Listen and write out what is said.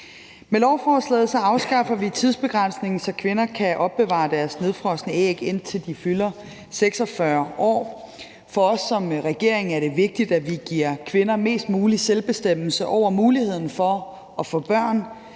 Med lovforslaget afskaffer vi tidsbegrænsningen, så kvinder kan opbevare deres nedfrosne æg, indtil de fylder 46 år. For os som regering er det vigtigt, at vi giver kvinder mest mulig selvbestemmelse over muligheden for at få børn.